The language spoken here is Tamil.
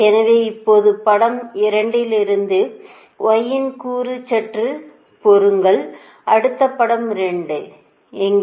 எனவே இப்போது படம் 2 லிருந்து Y யின் கூறு சற்று பொறுங்கள் அந்த படம் 2 எங்கே